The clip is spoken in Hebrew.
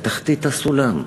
בתחתית הסולם.